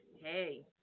Hey